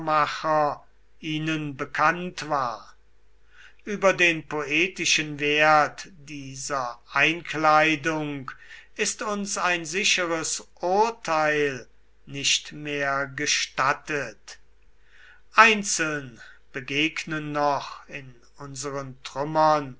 ihnen bekannt war über den poetischen wert dieser einkleidung ist uns ein sicheres urteil nicht mehr gestattet einzeln begegnen noch in unseren